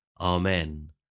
Amen